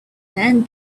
man